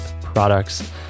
products